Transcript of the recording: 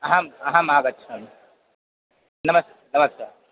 अहम् अहम् आगच्छामि नमस्कारः नमस्कारः